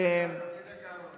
חצי דקה,